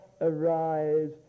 arise